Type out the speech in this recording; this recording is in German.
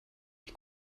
die